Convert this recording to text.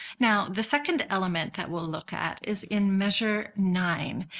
now the second element that we'll look at is in measure nine.